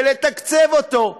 ולתקצב אותו.